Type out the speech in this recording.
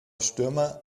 stürmer